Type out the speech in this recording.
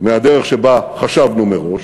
מהדרך שבה חשבנו מראש,